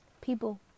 people